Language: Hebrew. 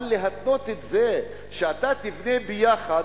אבל להתנות את זה שיבנו ביחד,